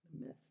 Method